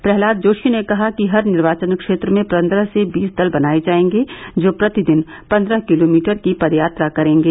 प्रहलाद जोशी ने कहा कि हर निर्वाचन क्षेत्र में पन्द्रह से बीस दल बनाये जायेंगे जो प्रतिदिन पन्द्रह किलोमीटर की पदयात्रा करेंगे